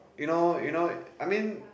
you know you know I mean